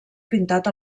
pintat